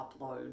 upload